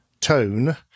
tone